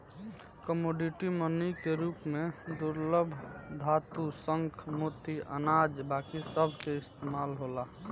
commodity money के रूप में दुर्लभ धातु, शंख, मोती, अनाज बाकी सभ के इस्तमाल होला